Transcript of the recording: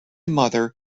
mother